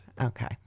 Okay